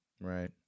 Right